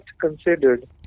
considered